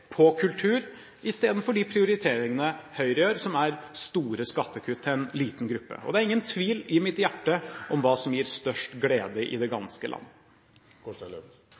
på kultur, istedenfor de prioriteringene Høyre gjør, som er store skattekutt til en liten gruppe. Det er ingen tvil i mitt hjerte om hva som gir størst glede i det ganske land.